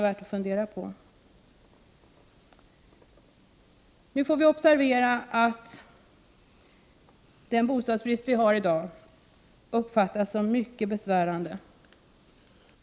Vi skall också observera att den bostadsbrist som förekommer i dag är mycket besvärande.